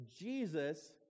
Jesus